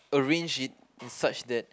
arrange it in such that